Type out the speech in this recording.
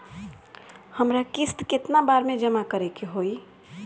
हमरा किस्त केतना बार में जमा करे के होई?